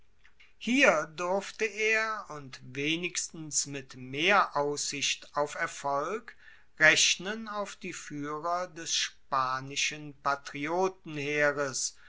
hier durfte er und wenigstens mit mehr aussicht auf erfolg rechnen auf die fuehrer des spanischen